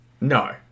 No